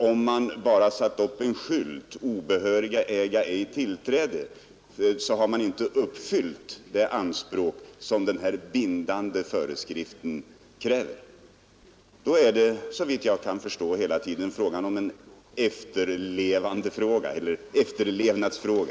Om man bara satt upp en skylt ”Obehöriga äga ej tillträde”, har man inte uppfyllt de anspråk som denna bindande föreskrift ställer. Då rör det sig såvitt jag förstår helt enkelt om en efterlevnadsfråga.